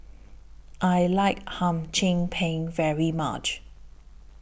I like Hum Chim Peng very much